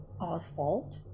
Oswald